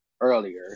earlier